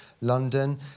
London